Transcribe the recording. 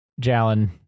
Jalen